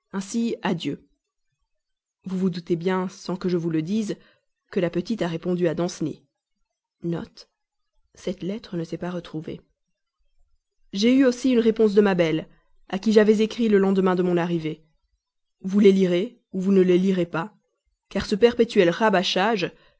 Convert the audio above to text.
adieu vous vous doutez bien sans que je vous le dise que la petite a répondu à danceny j'ai eu aussi une réponse de ma belle à qui j'avais écrit le lendemain de mon arrivée je vous envoie les deux lettres vous les lirez ou vous ne les lirez pas car ce perpétuel rabâchage